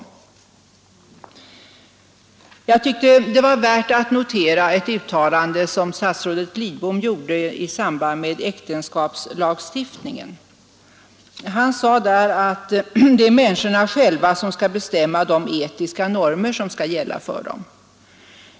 Fredagen den Jag tycker det var värt att notera ett uttalande som statsrådet Lidbom I juni 1973 gjorde i samband med äktenskapslagstiftningen. Han sade att det är =—= människorna själva som skall bestämma de etiska normer som skall gälla för dem.